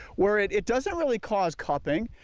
where it it doesn't really cause cupping,